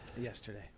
yesterday